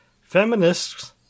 feminists